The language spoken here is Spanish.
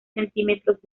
centímetros